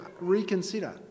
reconsider